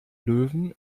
löwen